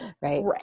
right